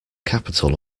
capital